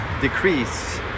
decrease